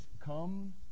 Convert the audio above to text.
come